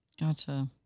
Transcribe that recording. Gotcha